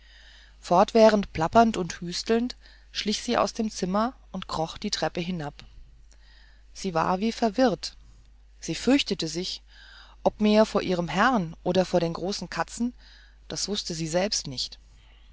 fortwährend plappernd und hüstelnd schlich sie aus dem zimmer und kroch die treppen hinab sie war wie verwirrt sie fürchtete sich ob mehr vor ihrem herrn oder vor den großen katzen das wußte sie selber nicht